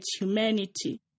humanity